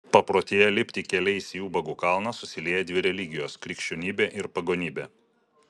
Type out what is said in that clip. paprotyje lipti keliais į ubagų kalną susilieja dvi religijos krikščionybė ir pagonybė